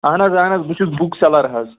اہَن حظ اہَن حظ بہٕ چھُس بُک سیلَر حظ